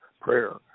prayer